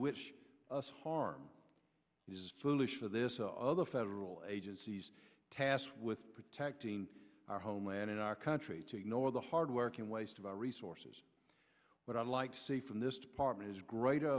wish us harm is foolish for this other federal agencies tasked with protecting our homeland and our country to ignore the hardworking waste of our resources but i'd like to say from this department is great